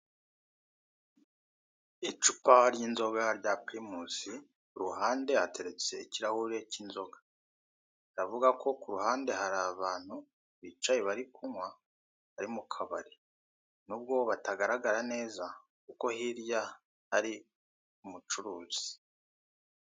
Icupa ry'inzoga rya pirimusi, ku ruhande hateretse ikirahure cy'inzoga. Biravuga ko ku ruhande hari abantu bicaye, bari kunywa, bari mu kabari. Nubwo batagaragara neza, kuko hirya hari umucuruzi.